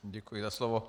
Děkuji za slovo.